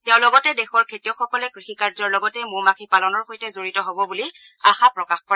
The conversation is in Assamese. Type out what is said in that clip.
তেওঁ লগতে দেশৰ খেতিয়কসকলে কৃষি কাৰ্যৰ লগতে মৌ মাখি পালনৰ সৈতে জড়িত হ'ব বুলি তেওঁ আশা কৰে